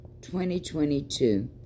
2022